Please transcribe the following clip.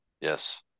Yes